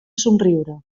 somriure